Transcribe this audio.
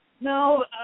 No